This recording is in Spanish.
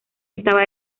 estaba